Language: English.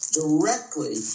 directly